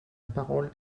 parole